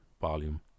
volume